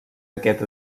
aquest